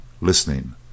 Listening